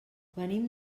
venim